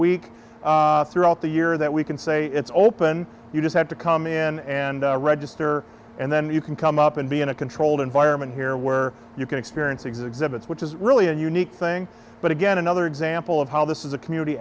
week throughout the year that we can say it's open you just have to come in and register and then you can come up and be in a controlled environment here where you can experience exhibits which is really a unique thing but again another example of how this is a community